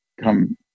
come